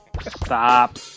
Stop